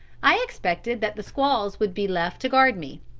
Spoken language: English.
i expected that the squaws would be left to guard me.